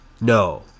No